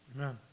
Amen